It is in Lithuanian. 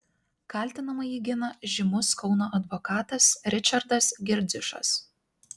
kaltinamąjį gina žymus kauno advokatas ričardas girdziušas